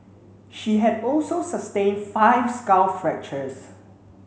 she had also sustained five skull fractures